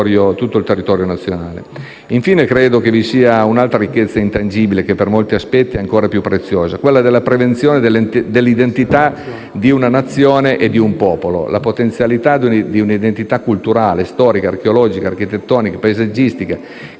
Infine, credo che vi sia un'altra ricchezza intangibile, ma per alcuni aspetti ancora più preziosa: quella della preservazione dell'identità di una Nazione e di un popolo. La protezione di un'identità culturale, storica, archeologica, architettonica, paesaggistica